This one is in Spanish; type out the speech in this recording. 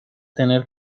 tener